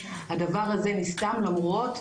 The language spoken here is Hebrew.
הדבר הזה נסקר למרות,